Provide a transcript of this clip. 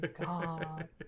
God